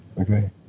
Okay